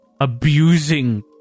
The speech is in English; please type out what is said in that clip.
abusing